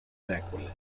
drácula